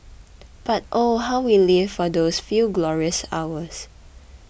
but oh how we live for those few glorious hours